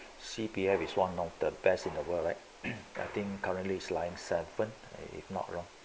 C_P_F is one of the best in the world right I think currently it's lying seven if I'm not wrong